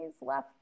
left